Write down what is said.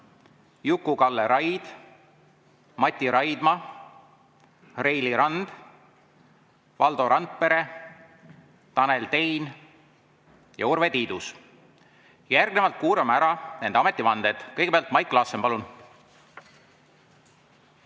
Juku-Kalle Raid, Mati Raidma, Reili Rand, Valdo Randpere, Tanel Tein ja Urve Tiidus. Järgnevalt kuulame ära nende ametivanded. Kõigepealt Mait Klaassen, palun!